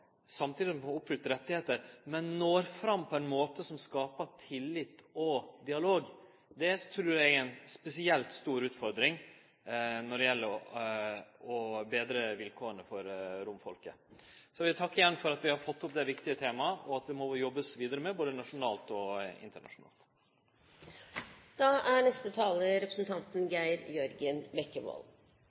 samtidig som ein skal oppfylle rettar, og som når fram på ein måte som skapar tillit og dialog, trur eg er ei spesielt stor utfordring når det gjeld å betre vilkåra for romfolket. Eg vil igjen takke for at vi har fått opp dette viktige temaet, som ein må jobbe vidare med både nasjonalt og